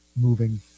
moving